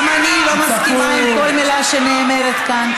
גם אני לא מסכימה לכל מילה שנאמרת כאן,